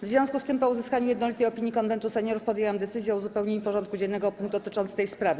W związku z tym, po uzyskaniu jednolitej opinii Konwentu Seniorów, podjęłam decyzję o uzupełnieniu porządku dziennego o punkt dotyczący tej sprawy.